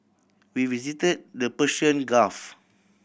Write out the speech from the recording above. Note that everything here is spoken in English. we visit the Persian Gulf